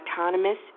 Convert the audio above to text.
autonomous